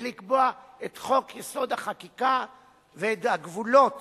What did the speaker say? לקבוע את חוק-יסוד: החקיקה ואת הגבולות